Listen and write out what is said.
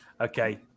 okay